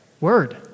word